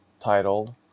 titled